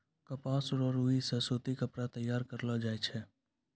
कपास रो रुई से सूती कपड़ा तैयार करलो जाय छै